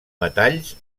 metalls